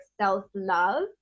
self-love